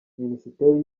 minisiteri